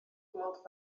gweld